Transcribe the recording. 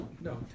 no